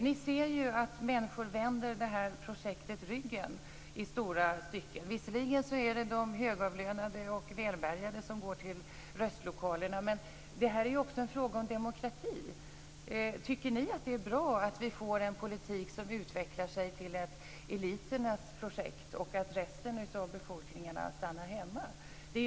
Ni ser ju att människor vänder projektet ryggen i stora stycken. Det är de högavlönade och välbärgade som går till röstlokalerna. Det här är ju också en fråga om demokrati. Tycker ni att det är bra att vi får en politik som utvecklar sig till ett eliternas projekt och att resten av befolkningen stannar hemma?